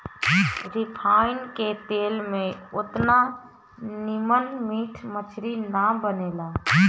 refine के तेल में ओतना निमन मीट मछरी ना बनेला